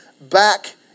back